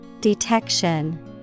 Detection